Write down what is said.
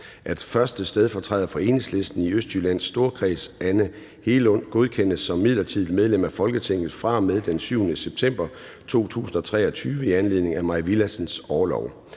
at 1. stedfortræder for Enhedslisten i Østjyllands Storkreds, Anne Hegelund, godkendes som midlertidigt medlem af Folketinget fra og med den 7. september 2023 i anledning af Mai Villadsens orlov;